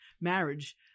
marriage